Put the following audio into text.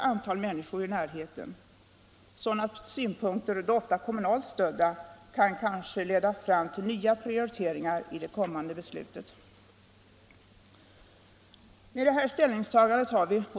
Om jag härefter tar upp ändringarna i byggnadslagen kan konstateras att endast moderaterna direkt vänder sig mot propositionens förslag.